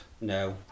no